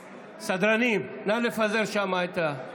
סדרנים, נא לפזר שם את,